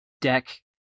deck